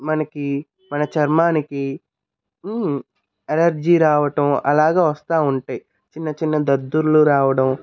మనకి మన చర్మానికి అలర్జీ రావటం అలాగా వస్తూ ఉంటాయి చిన్న చిన్న దద్దుర్లు రావడం